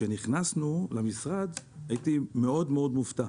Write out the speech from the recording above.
שכשנכנסנו למשרד הייתי מאוד מופתע